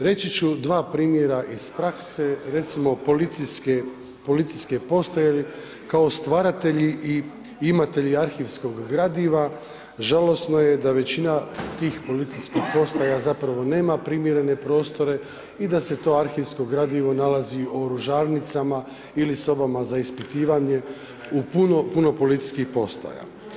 Reći ću dva primjera iz prakse, recimo policijske postaje kao stvaratelji imatelji arhivskog gradova, žalosno je da većina tih policijskih postaja zapravo nema primjerene prostore i da se to arhivsko gradivo nalazi u oružarnicama ili soba za ispitivanje u puno policijskih postaja.